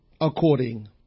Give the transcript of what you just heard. according